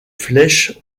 flèches